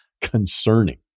concerning